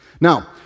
Now